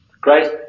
Grace